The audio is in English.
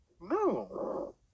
No